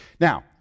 Now